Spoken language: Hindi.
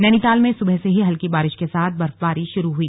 नैनीताल में सुबह से ही हल्की बारिश के साथ बर्फबारी शुरू हुई